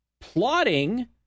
plotting